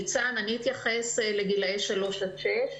ניצן, אני אתייחס לגילאי שלוש עד שש.